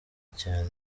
cyane